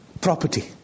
property